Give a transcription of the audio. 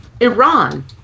Iran